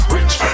Rich